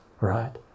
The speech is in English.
right